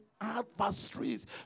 adversaries